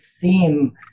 theme